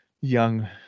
Young